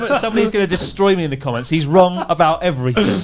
but somebody's gonna destroy me in the comments. he's wrong about everything.